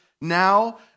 now